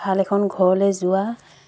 ভাল এখন ঘৰলৈ যোৱা